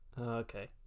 okay